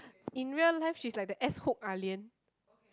in real life she's like the S hook ah-lian